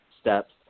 steps